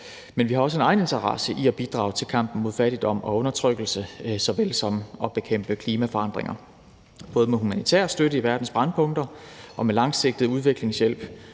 Men vi har også en egeninteresse i at bidrage til kampen mod fattigdom og undertrykkelse såvel som at bekæmpe klimaforandringer, både med humanitær støtte i verdens brændpunkter og med langsigtet udviklingshjælp,